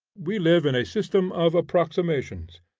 we live in a system of approximations.